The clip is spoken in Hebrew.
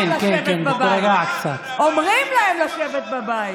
את זוכרת, נורבגית, שהתחננת לחברי המרכז לבחור בך?